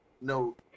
No